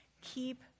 Keep